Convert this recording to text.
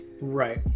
right